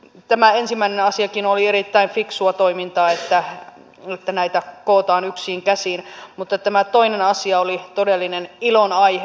tämä ensimmäinen asiakin oli erittäin fiksua toimintaa että näitä kootaan yksiin käsiin mutta tämä toinen asia oli todellinen ilon aihe